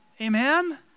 Amen